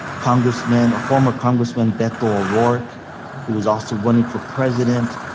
congressman or former congressman beto o'rorke who was also running for president.